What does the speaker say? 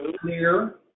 clear